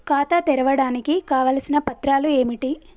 ఖాతా తెరవడానికి కావలసిన పత్రాలు ఏమిటి?